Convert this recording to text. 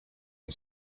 and